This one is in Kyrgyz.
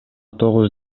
тогуз